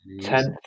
tenth